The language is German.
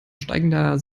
steigender